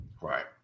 Right